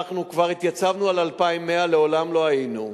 אנחנו כבר התייצבנו על 2,100, מעולם לא היינו.